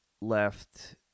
left